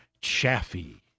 Chaffee